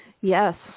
Yes